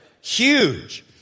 Huge